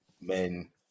Men